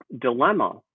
dilemma